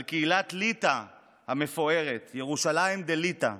על קהילת ליטא המפוארת, ירושלים דליטא,